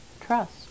trust